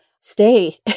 stay